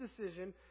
decision